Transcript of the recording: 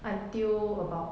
until about